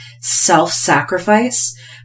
self-sacrifice